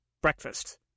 Breakfast